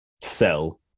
sell